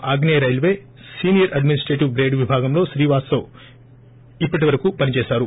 ఆగ్నేయ railway senior administrative grade విభాగంలో శ్రీవాస్తవ్ ఇప్పటి వరకూ పని దేశారు